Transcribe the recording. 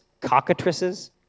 cockatrices